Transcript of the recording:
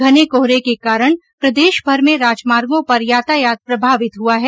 घने कोहरे के कारण प्रदेशभर में राजमार्गो पर यातायात प्रभावित हुआ है